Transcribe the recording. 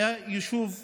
הוא היה יישוב חדש,